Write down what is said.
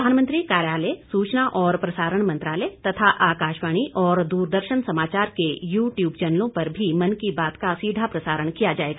प्रधानमंत्री कार्यालय सूचना और प्रसारण मंत्रालय तथा आकाशवाणी और द्रदर्शन समाचार के यू ट्यूब चैनलों पर भी मन की बात का सीधा प्रसारण किया जाएगा